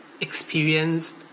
experienced